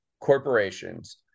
corporations